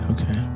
Okay